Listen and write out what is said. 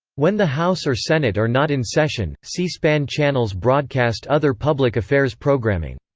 when the house or senate are not in session, c-span channels broadcast other public affairs programming.